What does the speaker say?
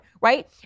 right